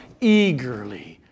eagerly